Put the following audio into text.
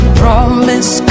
promise